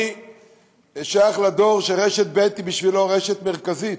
אני שייך לדור שרשת ב' בשבילו היא רשת מרכזית,